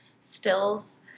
stills